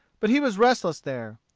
but he was restless there.